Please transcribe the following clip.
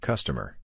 Customer